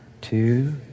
two